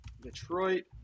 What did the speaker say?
Detroit